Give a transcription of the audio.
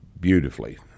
beautifully